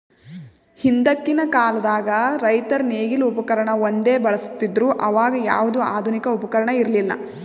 ಹಿಂದಕ್ಕಿನ್ ಕಾಲದಾಗ್ ರೈತರ್ ನೇಗಿಲ್ ಉಪಕರ್ಣ ಒಂದೇ ಬಳಸ್ತಿದ್ರು ಅವಾಗ ಯಾವ್ದು ಆಧುನಿಕ್ ಉಪಕರ್ಣ ಇರ್ಲಿಲ್ಲಾ